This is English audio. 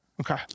Okay